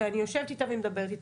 ואני יושבת איתה ומדברת איתה,